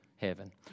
Heaven